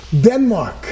Denmark